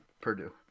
Purdue